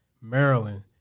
Maryland